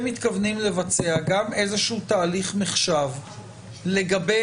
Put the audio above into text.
מתכוונים לבצע גם איזה שהוא תהליך מחשב לגבי